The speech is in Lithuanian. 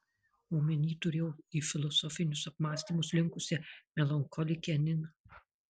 omeny turėjau į filosofinius apmąstymus linkusią melancholikę niną